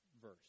verse